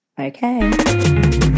Okay